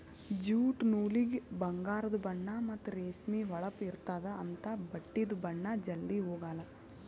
jute ನೂಲಿಗ ಬಂಗಾರದು ಬಣ್ಣಾ ಮತ್ತ್ ರೇಷ್ಮಿ ಹೊಳಪ್ ಇರ್ತ್ತದ ಅಂಥಾ ಬಟ್ಟಿದು ಬಣ್ಣಾ ಜಲ್ಧಿ ಹೊಗಾಲ್